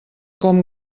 com